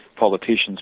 politicians